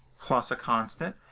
plus a constant.